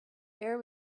air